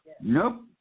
Nope